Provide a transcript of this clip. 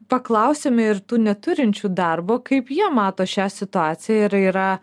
paklausėme ir tų neturinčių darbo kaip jie mato šią situaciją ir yra